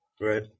Right